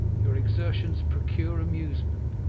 your exertions procure amusement,